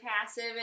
passive